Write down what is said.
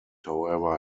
however